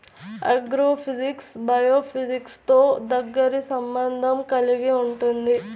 agrophysics బయోఫిజిక్స్తో దగ్గరి సంబంధం కలిగి ఉంటుంది